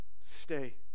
Stay